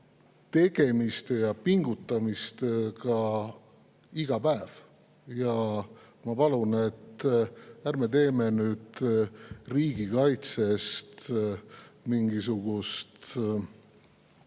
tegemiste ja pingutamistega iga päev. Ja ma palun, et ärme teeme nüüd riigikaitsest mingisugust,